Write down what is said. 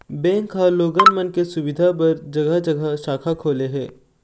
bank ह लोगन मन के सुबिधा बर जघा जघा शाखा खोले हे